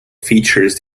features